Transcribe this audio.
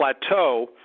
Plateau